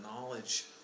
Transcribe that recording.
knowledge